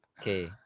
Okay